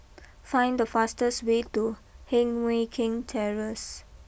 find the fastest way to Heng Mui Keng Terrace